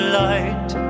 light